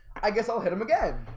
i guess i'll hit him again